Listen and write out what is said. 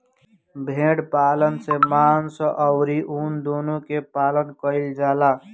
भेड़ पालन से मांस अउरी ऊन दूनो के व्यापार कईल जाला